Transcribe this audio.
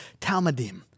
Talmudim